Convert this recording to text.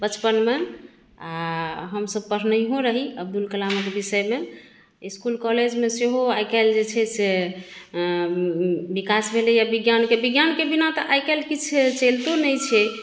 बचपनमे आओर हम सभ पढ़नैय्यौ रही अब्दुल कलामक विषयमे इसकुल कॉलेजमे सेहो आइ काल्हि जाइ छै से विकास भेलै है विज्ञानके विज्ञानके बिना तऽ आइ काल्हि किछ चलितौ नै छै